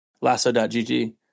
lasso.gg